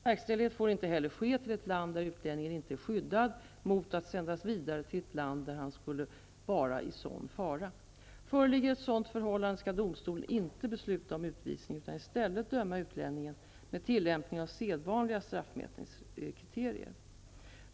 Verkställighet får inte heller ske till ett land där utlänningen inte är skyddad mot att sändas vidare till ett land där han skulle vara i sådan fara. Föreligger ett sådant förhållande skall domstolen inte besluta om utvisning utan i stället döma utlänningen med tillämpning av sedvanliga straffmätningskriterier.